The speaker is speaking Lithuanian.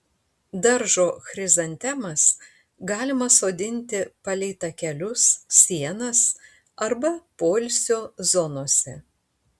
daržo chrizantemas galima sodinti palei takelius sienas arba poilsio zonose